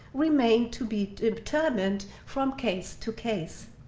remain to be determined from case to case.